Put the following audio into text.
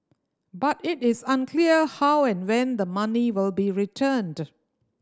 but it is unclear how and when the money will be returned